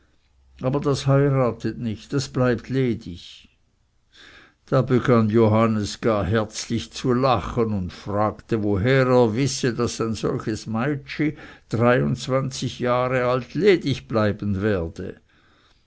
aber das heiratet nicht das bleibt ledig da begann johannes gar herzlich zu lachen und fragte woher er wisse daß ein solches meitschi dreiundzwanzig jahre alt ledig bleiben werde